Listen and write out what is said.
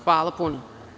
Hvala puno.